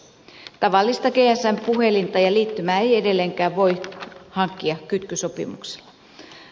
tavallista gsm puhelinta ja liittymää ei edelleenkään voi hankkia kytkysopimuksella